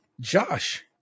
Josh